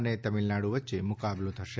અને તમિલનાડુ વચ્ચે મુકાબલો થશે